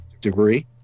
degree